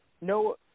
no